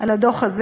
על הדוח הזה,